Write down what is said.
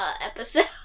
episode